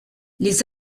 les